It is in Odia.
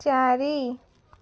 ଚାରି